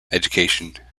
education